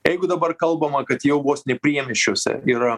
jeigu dabar kalbama kad jau vos ne priemiesčiuose yra